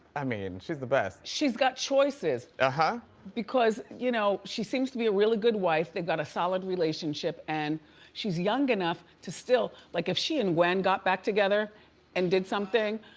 i mean, she's the best. she's got choices ah because you know she seems to be a really good wife, they've got a solid relationship and she's young enough to still, like if she and gwen got back together and did something,